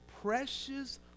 precious